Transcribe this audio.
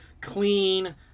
clean